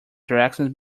directions